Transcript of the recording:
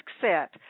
Set